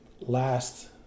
last